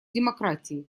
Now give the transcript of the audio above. демократии